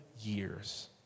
years